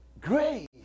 Grace